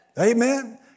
Amen